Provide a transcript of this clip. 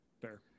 Fair